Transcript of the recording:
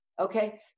Okay